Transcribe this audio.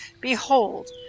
Behold